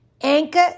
Anchor